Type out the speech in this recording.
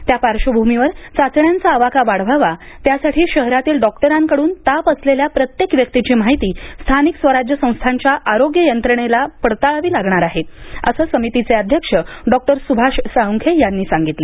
त्या पार्श्वभूमीवर चाचण्यांचा आवाका वाढवावा त्यासाठी शहरातील डॉक्टरांकडून ताप असलेल्या प्रत्येक व्यक्तीची माहिती स्थानिक स्वराज्य संस्थांच्या आरोग्य यंत्रणेला पडताळावी लागणार आहे असं समितीचे अध्यक्ष डॉक्टर सुभाष साळुंखे यांनी सांगितले